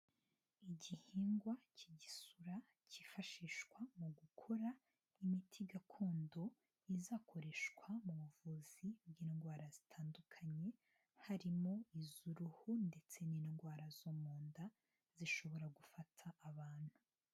Igihingwa cy'igisura, cyifashishwa mu gukora imiti gakondo, izakoreshwa mu buvuzi bw'indwara zitandukanye, harimo iz'uruhu, ndetse n'indwara zo mu nda, zishobora gufata abantu.